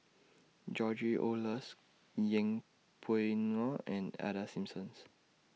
George Oehlers Yeng Pway Ngon and Ida Simpsons